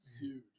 dude